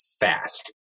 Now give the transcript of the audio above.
fast